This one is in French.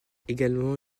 également